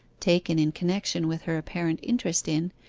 taken in connection with her apparent interest in,